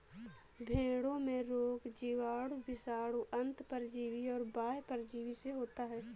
भेंड़ों में रोग जीवाणु, विषाणु, अन्तः परजीवी और बाह्य परजीवी से होता है